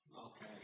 okay